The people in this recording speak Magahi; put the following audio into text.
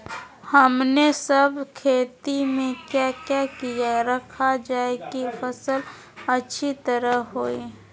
हमने सब खेती में क्या क्या किया रखा जाए की फसल अच्छी तरह होई?